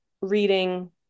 reading